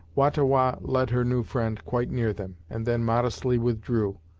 wah-ta-wah led her new friend quite near them, and then modestly withdrew,